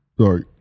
Sorry